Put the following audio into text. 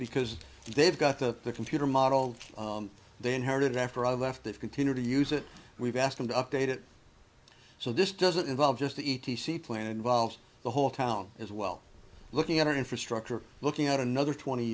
because they've got the computer model they inherited after i left that continue to use it we've asked them to update it so this doesn't involve just a e t c plan involves the whole town as well looking at our infrastructure looking at another twenty